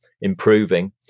improving